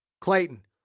Clayton